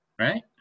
right